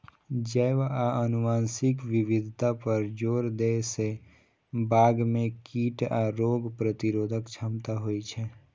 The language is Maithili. जैव आ आनुवंशिक विविधता पर जोर दै सं बाग मे कीट आ रोग प्रतिरोधक क्षमता होइ छै